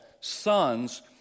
sons